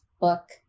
book